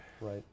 Right